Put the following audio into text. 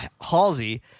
Halsey